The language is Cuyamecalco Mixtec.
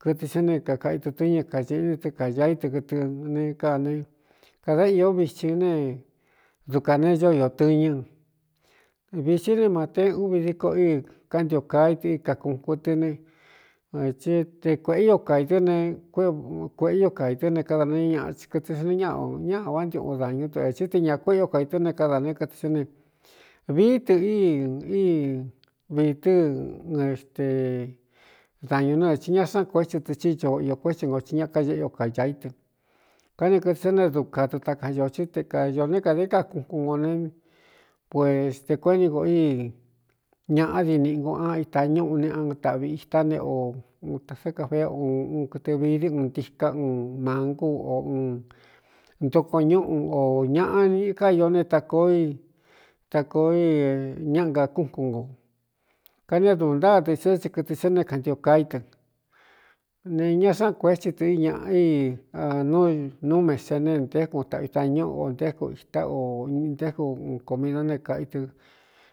kɨtɨ sá ne kakaꞌi tutɨñɨ kañeꞌín ne tɨ kaña í tɨ kɨtɨ ne kane kādā īó vitsi ne dukā ne ñó iō tɨñɨ vītsí ne maté úvi díko íi kantioca í tɨ i kakuꞌun kuutɨ ne tí te kuēꞌe io kaī tɨ́ ne kuēꞌe io kaī tɨ́ ne kada nei ñaꞌa ti kɨtɨ sa ni ñáꞌa o ñáꞌa á nti uꞌun dañú tɨ ētsɨ te ña kuéꞌe o kaitɨ́ ne kada ne kɨtɨ sá ne vií tɨ í í viī tɨ́ ɨ xte dañū nú a tsi ña xáꞌan kuétsɨ tɨ tsíñoo iō kuétsi nko ti ñakáaꞌe io kaya í tɨ káne kɨtɨ sá ne duka tɨ takañōtsí te kaī né kadé ka kunkun nko ne puest te kuéꞌni nko i ñaꞌá di nīꞌi ngo án itañúꞌu neꞌan taꞌvi itá ne o kauꞌé uun un kɨtɨ vii di un ntiká un mangú o un ntoko ñúꞌu ō ñaꞌa káió ne takoo i takoo i ñáꞌa nga kúnkun nkō kani éduū ntáa dɨ tsī ó tsi kɨtɨ sá ne kaantiocaí tɨ ne ña xáꞌan kuetsɨ tɨ i ñāꞌa inú mese ne ntékun taꞌvi tañúꞌu o ntéku itá o ntékun un komido ne kaꞌ i tɨ.